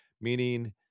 meaning